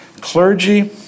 clergy